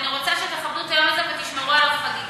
אני רוצה שתכבדו את היום הזה ותשמרו עליו חגיגי,